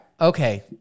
okay